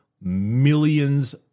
millions